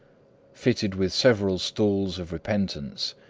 fitted with several stools of repentance,